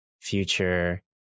future